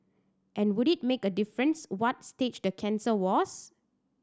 and would it make a difference what stage the cancer was